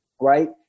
Right